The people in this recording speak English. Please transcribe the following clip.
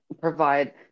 provide